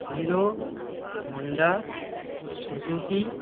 hero Honda Suzuki